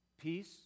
peace